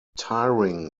tiring